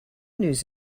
news